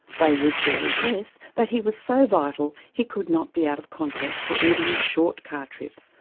they would be impressed that he was so vital he could not be out of contact for even a short car trip,